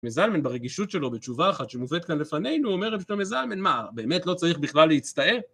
מזלמן ברגישות שלו בתשובה אחת שמובאת כאן לפנינו, הוא אומר לגבי מזלמן, מה, באמת לא צריך בכלל להצטער?